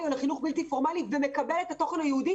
או לחינוך בלתי פורמלי ומקבל את התוכן היהודי,